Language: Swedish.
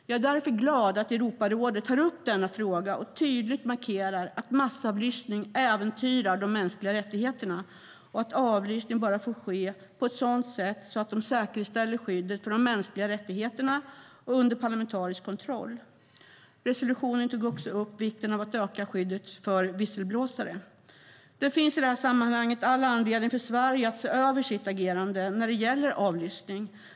Jag är därför glad att Europarådet tar upp denna fråga och tydligt markerar att massavlyssning äventyrar de mänskliga rättigheterna och att avlyssning bara får ske på ett sådant sätt så att det säkerställer skyddet för de mänskliga rättigheterna och är under parlamentarisk kontroll. Resolutionen tog också upp vikten av att öka skyddet för visselblåsare. Det finns i detta sammanhang all anledning för Sverige att se över sitt agerande när det gäller avlyssning.